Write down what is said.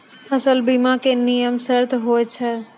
फसल बीमा के की नियम सर्त होय छै?